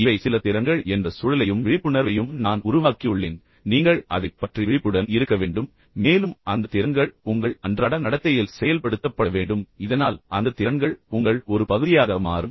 இவை சில திறன்கள் என்ற சூழலையும் விழிப்புணர்வையும் நான் உருவாக்கியுள்ளேன் நீங்கள் அதைப் பற்றி விழிப்புடன் இருக்க வேண்டும் மேலும் அந்த திறன்கள் உங்கள் அன்றாட நடத்தையில் செயல்படுத்தப்பட வேண்டும் இதனால் அந்த திறன்கள் உங்கள் ஒரு பகுதியாக மாறும்